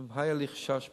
אם היה לי חשש מההסכם,